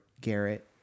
Garrett